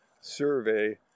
survey